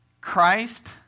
Christ